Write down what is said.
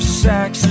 sex